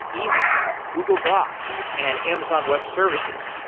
email, google docs and amazon web services,